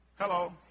Hello